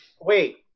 Wait